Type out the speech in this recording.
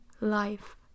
life